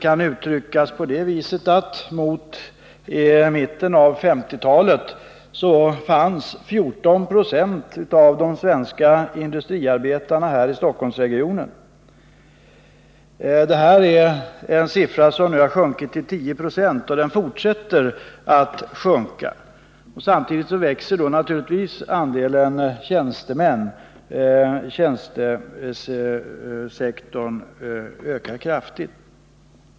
I mitten av 1950-talet fanns 14 90 av de svenska industriarbetarna här i Stockholmsregionen. Denna siffra har sjunkit till 10 26 och den fortsätter att sjunka. Samtidigt växer naturligtvis andelen tjänstemän, eftersom tjänstesektorn ökar kraftigt.